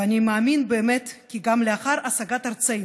ואני מאמין באמת, כי גם לאחר השגת ארצנו,